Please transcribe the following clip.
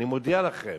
אני מודיע לכם,